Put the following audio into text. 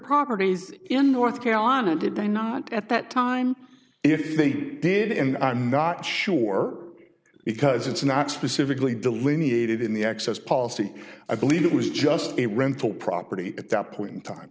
properties in north carolina did they not at that time if they did and i'm not sure because it's not specifically delineated in the access policy i believe it was just a rental property at that point in time